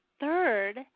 third